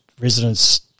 residents